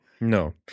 no